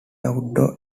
outdoor